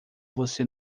você